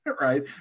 right